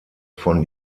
von